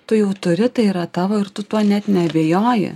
tu jau turi tai yra tavo ir tu tuo net neabejoji